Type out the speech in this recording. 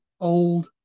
old